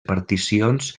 particions